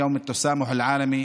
יום הסובלנות